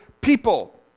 people